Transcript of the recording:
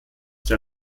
der